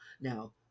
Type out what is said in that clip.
Now